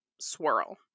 swirl